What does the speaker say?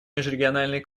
межрегиональный